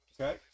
Okay